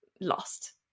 lost